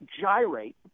gyrate